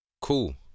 Cool